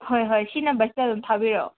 ꯍꯣꯏ ꯍꯣꯏ ꯁꯤ ꯅꯝꯕꯔꯁꯤꯗ ꯑꯗꯨꯝ ꯊꯥꯕꯤꯔꯛꯑꯣ